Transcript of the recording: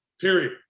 period